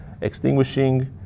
extinguishing